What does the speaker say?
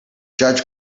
judge